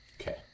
Okay